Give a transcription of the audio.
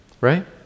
right